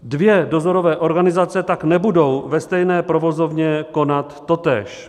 Dvě dozorové organizace tak nebudou ve stejné provozovně konat totéž.